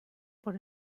por